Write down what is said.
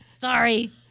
sorry